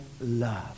love